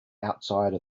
outside